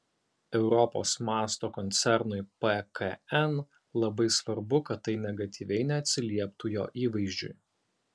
europos mąsto koncernui pkn labai svarbu kad tai negatyviai neatsilieptų jo įvaizdžiui